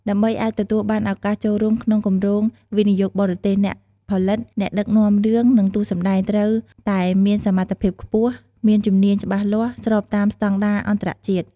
ដើម្បីអាចទទួលបានឱកាសចូលរួមក្នុងគម្រោងវិនិយោគបរទេស អ្នកផលិត អ្នកដឹកនាំរឿង និងតួសម្ដែង ត្រូវតែមានសមត្ថភាពខ្ពស់ និងជំនាញច្បាស់លាស់ ស្របតាមស្តង់ដារអន្តរជាតិ។